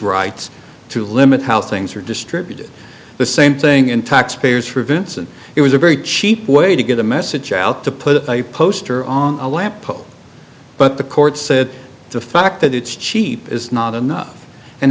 rights to limit how things are distributed the same thing in taxpayers for events and it was a very cheap way to get a message out to put a poster on a lamp post but the court said the fact that it's cheap is not enough and